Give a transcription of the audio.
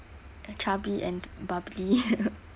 chubby and bubbly